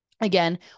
Again